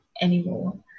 anymore